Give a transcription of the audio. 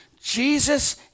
Jesus